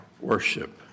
worship